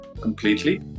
completely